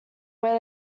where